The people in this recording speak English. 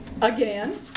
Again